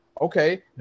Okay